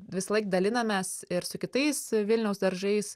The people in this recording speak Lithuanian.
visąlaik dalinamės ir su kitais vilniaus daržais